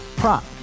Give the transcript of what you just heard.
prop